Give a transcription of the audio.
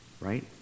right